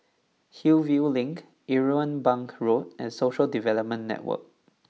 Hillview Link Irwell Bank Road and Social Development Network